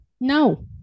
no